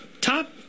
top